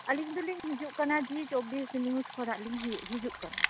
ᱟᱞᱤᱧ ᱫᱚᱞᱤᱧ ᱦᱤᱡᱩᱜ ᱠᱟᱱᱟ ᱡᱤ ᱪᱚᱵᱵᱤᱥ ᱱᱤᱭᱩᱡ ᱠᱷᱚᱱᱟᱜ ᱞᱤᱧ ᱦᱤᱭᱩᱜ ᱦᱤᱡᱩᱜ ᱠᱟᱱᱟ